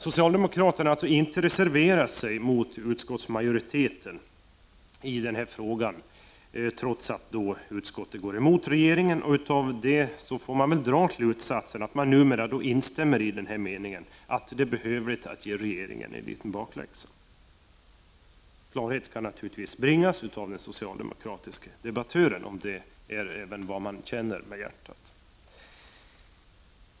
Socialdemokraterna har inte reserverat sig mot utskottsmajoriteten i denna fråga, trots att utskottet går emot regeringen, och av det får man väl dra slutsatsen att de numera instämmer i denna mening och ger regeringen en liten bakläxa. Klarhet kan naturligtvis bringas av den socialdemokratiske debattören, om det är vad man känner med hjärtat.